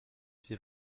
c’est